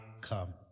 come